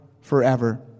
forever